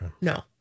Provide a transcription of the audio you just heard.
No